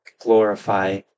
glorify